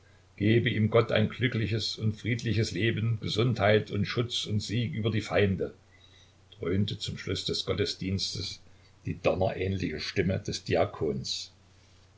gebe ihm gott ein glückliches und friedliches leben gesundheit und schutz und sieg über die feinde dröhnte zum schluß des gottesdienstes die donnerähnliche stimme des diakons